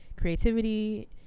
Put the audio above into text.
creativity